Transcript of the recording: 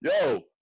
yo